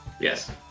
Yes